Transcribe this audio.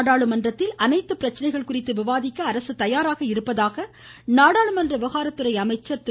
நாடாளுமன்றத்தின் அனைத்து பிரச்சனைகள் குறித்து விவாதிக்க அரசு தயாராக இருப்பதாக நாடாளுமன்ற விவகாரத்துறை அமைச்சர் திரு